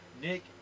Nick